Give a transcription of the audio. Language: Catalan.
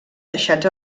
deixats